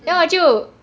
mm